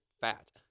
fat